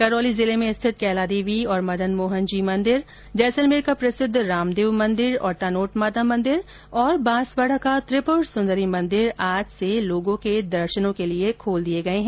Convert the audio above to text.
करौली जिले में स्थित कैलादेवी और मदनमोहन जी मंदिर जैसलमेर के प्रसिद्ध रामदेव मंदिर और तनोट माता मंदिर और बांसवाडा का त्रिपुर सुंदरी मंदिर आज से लोगों के दर्शनों के लिए खोल दिए गए है